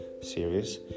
series